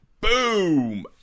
boom